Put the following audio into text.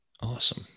awesome